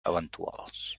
eventuals